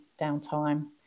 downtime